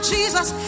Jesus